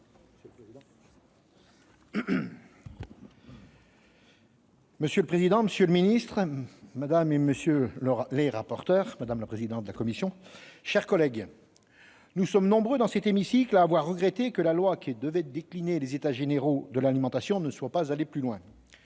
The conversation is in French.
Monsieur le président, monsieur le ministre, madame, monsieur les rapporteurs, madame la présidente de la commission, chers collègues, nous sommes nombreux, dans cet hémicycle, à avoir regretté que la loi qui devait décliner les états généraux de l'alimentation ne soit pas allée plus loin.